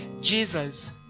Jesus